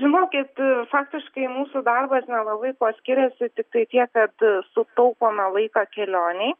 žinokit faktiškai mūsų darbas nelabai kuo skiriasi tiktai tiek kad sutaupome laiką kelionei